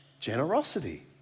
generosity